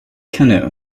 canoe